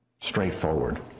straightforward